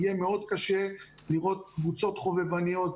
יהיה מאוד קשה לראות איך קבוצות חובבניות,